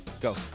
go